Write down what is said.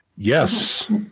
Yes